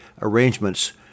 arrangements